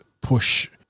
push